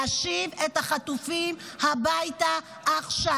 זה להשיב את החטופים הביתה עכשיו.